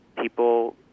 people